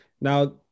Now